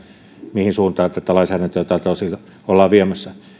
mihin suuntaan tätä lainsäädäntöä tältä osin ollaan viemässä